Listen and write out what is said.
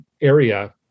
area